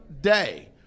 day